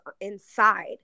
inside